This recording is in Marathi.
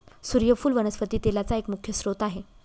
सुर्यफुल वनस्पती तेलाचा एक मुख्य स्त्रोत आहे